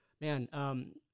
man